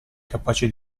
capaci